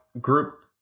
group